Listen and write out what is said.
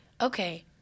okay